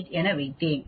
58 என வைத்தேன்